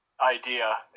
idea